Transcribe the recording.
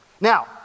Now